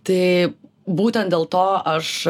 tai būtent dėl to aš